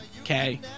okay